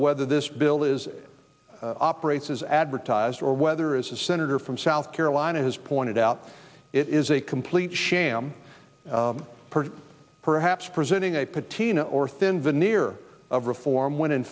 ether this bill is operates as advertised or whether as a senator from south carolina has pointed out it is a complete sham perhaps presenting a petunia or thin veneer of reform when in